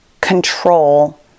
control